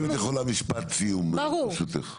אם את יכולה משפט סיום ברשותך.